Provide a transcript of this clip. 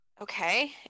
Okay